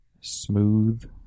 smooth